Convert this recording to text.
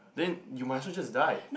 then you might as well just die